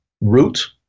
root